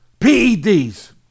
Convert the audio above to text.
PEDs